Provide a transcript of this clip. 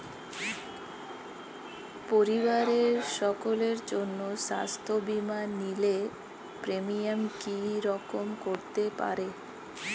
পরিবারের সকলের জন্য স্বাস্থ্য বীমা নিলে প্রিমিয়াম কি রকম করতে পারে?